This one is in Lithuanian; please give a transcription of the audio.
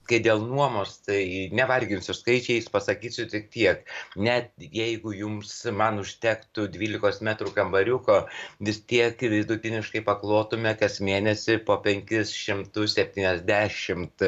kai dėl nuomos tai nevarginsiu skaičiais pasakysiu tik tiek net jeigu jums man užtektų dvylikos metrų kambariuko vis tiek vidutiniškai paklotume kas mėnesį po penkis šimtus septyniasdešimt